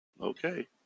Okay